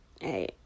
hey